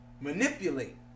manipulate